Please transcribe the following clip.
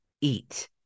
eat